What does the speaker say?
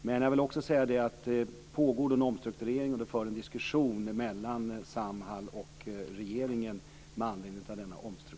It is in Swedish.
Men det pågår en omstrukturering, och det förs en diskussion mellan Samhall och regeringen med anledning av denna omstrukturering.